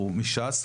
מש"ס,